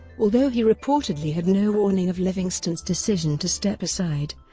although he reportedly had no warning of livingston's decision to step aside,